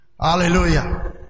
Hallelujah